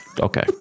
Okay